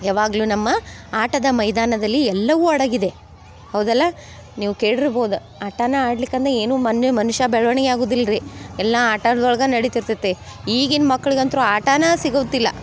ಯಾವಾಗ್ಲೂ ನಮ್ಮ ಆಟದ ಮೈದಾನದಲ್ಲಿ ಎಲ್ಲವೂ ಅಡಗಿದೆ ಹೌದಲ್ವ ನೀವು ಕೇಳಿರ್ಬೋದ ಆಟನೇ ಆಡ್ಲಿಲ್ಲಂದ್ ಏನೂ ಮನುಷ್ಯ ಬೆಳವಣ್ಗೆ ಆಗುವುದಿಲ್ಲ ರೀ ಎಲ್ಲ ಆಟಾಡ್ದೊಳಗೆ ನಡಿತಿರ್ತೈತಿ ಈಗಿನ ಮಕ್ಳಿಗಂತೂ ಆಟನೇ ಸಿಗುತ್ತಿಲ್ಲ